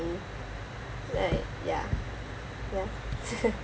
right ya ya !huh!